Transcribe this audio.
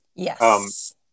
Yes